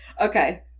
Okay